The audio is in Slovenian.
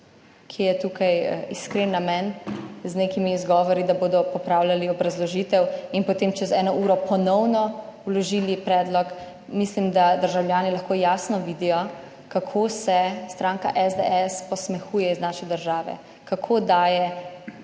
ki je tukaj iskren namen, z nekimi izgovori, da bodo popravljali obrazložitev in potem čez eno uro ponovno vložili predlog. Mislim, da državljani lahko jasno vidijo, kako se stranka SDS posmehuje iz naše države, kako daje